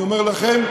אני אומר לכם,